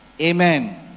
Amen